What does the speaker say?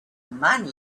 money